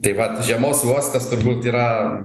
tai vat žiemos uostas turbūt yra